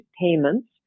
payments